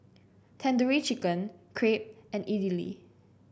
Tandoori Chicken Crepe and Idili